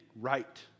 right